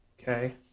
Okay